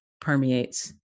permeates